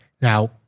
Now